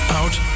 out